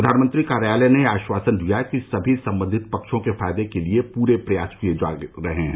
प्रधानमंत्री कार्यालय ने आश्वासन दिया कि समी संबंधित पक्षों के फायदे के लिए पूरे प्रयास किए गए हैं